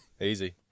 Easy